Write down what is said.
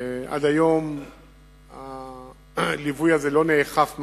עד היום הליווי הזה לא נאכף ממש,